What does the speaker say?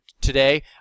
today